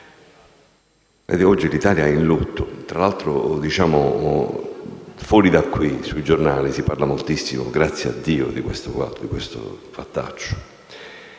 Oggi l'Italia è in lutto. Tra l'altro, fuori da qui, sui giornali, si parla moltissimo fortunatamente di questo fattaccio,